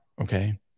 Okay